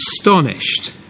astonished